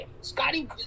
scotty